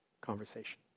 conversation